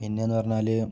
പിന്നേന്ന് പറഞ്ഞാല്